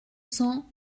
cents